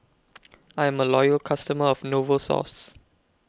I'm A Loyal customer of Novosource